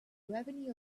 revenue